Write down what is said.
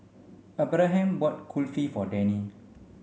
Abraham bought Kulfi for Dani